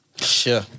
Sure